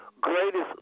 greatest